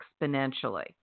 exponentially